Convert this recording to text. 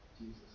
Jesus